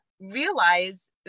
realize